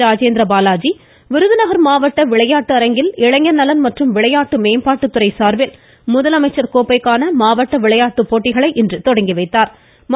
ராஜேந்திர பாலாஜி விருதுநகர் மாவட்ட விளையாட்டு அரங்கில் இளைஞர் நலன் மற்றும் விளையாட்டு மேம்பாட்டு துறை சார்பில் முதலமைச்சர் கோப்பைக்கான மாவட்ட விளையாட்டு போட்டிகளை இன்று கொடியசைத்து துவக்கி வைத்தாா்